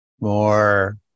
more